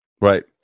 Right